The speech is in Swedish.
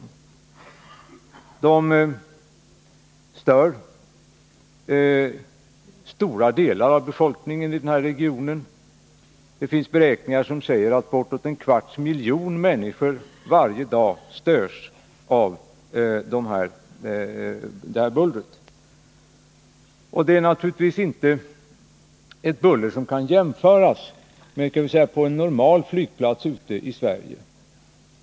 Flygtrafiken stör stora delar av befolkningen i den här regionen. Det finns beräkningar som visar att bortåt en kvarts miljon människor varje dag störs av bullret. Det är naturligtvis inte ett buller som kan jämföras med det på en normal flygplats i Sverige.